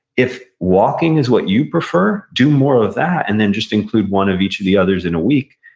if walking is what you prefer, do more of that, and then just include one of each of the others in a week,